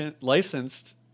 licensed